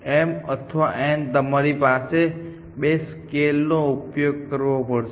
m અથવા n તમારી પાસે બે સ્કેલ નો ઉપયોગ કરવો પડશે